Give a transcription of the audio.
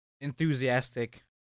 enthusiastic